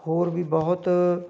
ਹੋਰ ਵੀ ਬਹੁਤ